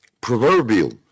proverbial